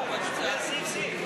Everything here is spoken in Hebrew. נצביע סעיף-סעיף.